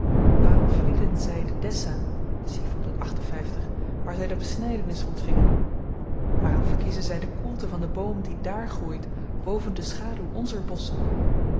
waarom vlieden zy de dessah waar zy de besnydenis ontvingen waarom verkiezen zy de koelte van den boom die dààr groeit boven de schaduw onzer bosschen